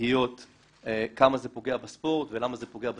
בתהיות כמה זה פוגע בספורט ולמה זה פוגע בספורט.